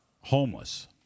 homeless